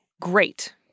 great